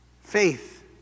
faith